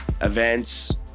events